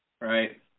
right